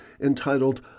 entitled